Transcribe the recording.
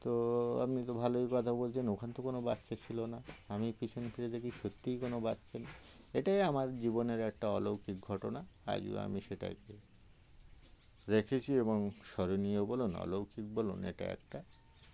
তো আপনি তো ভালোই কথা বলছেন ওখান তো কোনো বাচ্চা ছিল না আমি পিছনে ফিরে দেখি সত্যিই কোনো বাচ্চা নেই এটাই আমার জীবনের একটা অলৌকিক ঘটনা আজও আমি সেটাকে রেখেছি এবং স্মরণীয় বলুন অলৌকিক বলুন এটা একটা